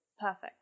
perfect